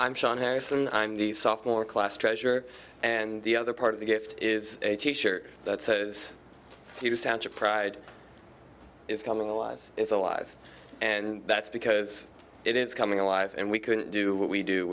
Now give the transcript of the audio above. i'm sean harris and i'm the saw for class treasure and the other part of the gift is a t shirt that says he was down to pride is coming alive is alive and that's because it is coming alive and we couldn't do what we do